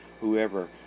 Whoever